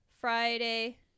Friday